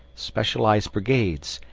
specialised brigades,